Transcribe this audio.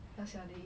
ya sia they